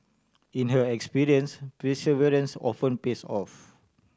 in her experience perseverance often pays off